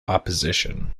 opposition